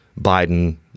Biden